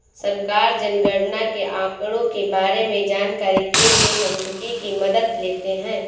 सरकार जनगणना के आंकड़ों के बारें में जानकारी के लिए सांख्यिकी की मदद लेते है